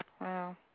Wow